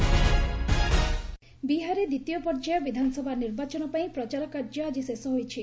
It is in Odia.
ବିହାର ଇଲେକ୍ସନ୍ ବିହାରରେ ଦ୍ୱିତୀୟ ପର୍ଯ୍ୟାୟ ବିଧାନସଭା ନିର୍ବାଚନ ପାଇଁ ପ୍ରଚାର କାର୍ଯ୍ୟ ଆକି ଶେଷ ହୋଇଛି